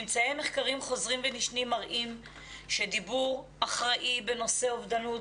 ממצאי מחקרים חוזרים ונשנים מראים שדיבור אחראי בנושא אובדנות,